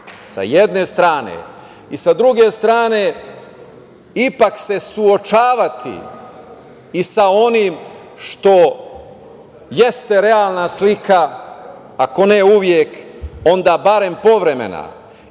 sa jedne strane i sa druge strane, ipak se suočavati i sa onim što jeste realna slika, ako ne uvek onda barem povremena